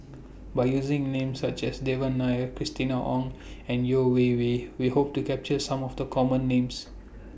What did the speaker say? By using Names such as Devan Nair Christina Ong and Yeo Wei Wei We Hope to capture Some of The Common Names